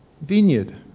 vineyard